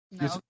No